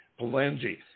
Palangi